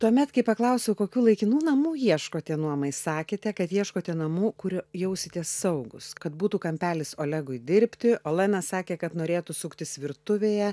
tuomet kai paklausiau kokių laikinų namų ieškote nuomai sakėte kad ieškote namų kur jausitės saugūs kad būtų kampelis olegui dirbti olena sakė kad norėtų suktis virtuvėje